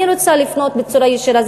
אני רוצה לפנות בצורה ישירה,